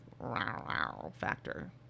factor